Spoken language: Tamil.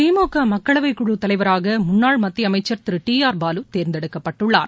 திமுக மக்களவைக்குழு தலைவராக முன்னாள் மத்திய அமைச்சர் திரு டி ஆர் பாலு தேர்ந்தெடுக்கப்பட்டுள்ளார்